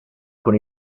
con